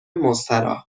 مستراح